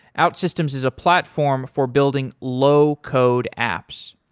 outsystems is a platform for building low code apps.